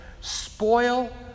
spoil